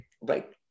right